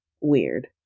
weird